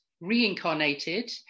Reincarnated